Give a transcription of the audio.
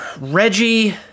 Reggie